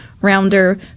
rounder